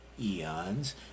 eons